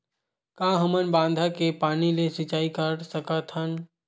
का हमन बांधा के पानी ले सिंचाई कर सकथन?